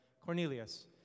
Cornelius